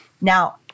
Now